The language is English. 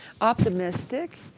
optimistic